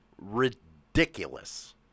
ridiculous